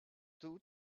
too